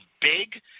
Big